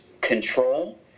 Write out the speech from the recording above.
control